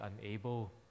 unable